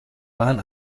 waren